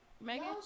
Megan